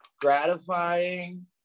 gratifying